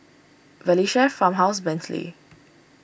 Valley Chef Farmhouse Bentley